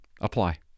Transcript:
Apply